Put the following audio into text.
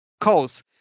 cause